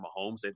Mahomes